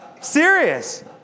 Serious